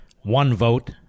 one-vote